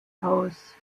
aus